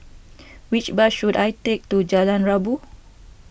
which bus should I take to Jalan Rabu